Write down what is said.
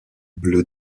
bleu